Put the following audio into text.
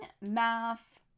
math